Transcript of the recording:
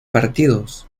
partidos